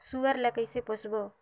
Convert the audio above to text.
सुअर ला कइसे पोसबो?